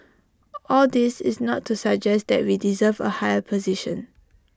all this is not to suggest that we deserve A higher position